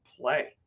play